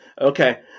okay